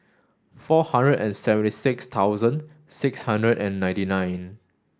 four hundred and seventy six thousand six hundred and ninety nine